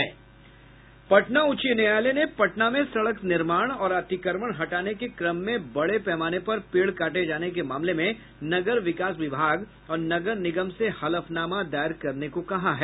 पटना उच्च न्यायालय ने पटना में सड़क निर्माण और अतिक्रमण हटाने के क्रम में बड़े पैमाने पर पेड़ काटे जाने के मामले में नगर विकास विभाग और नगर निगम से हलफनामा दायर करने को कहा है